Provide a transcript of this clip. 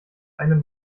eine